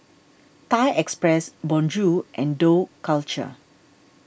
Thai Express Bonjour and Dough Culture